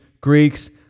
Greeks